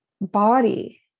body